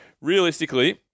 realistically